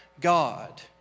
God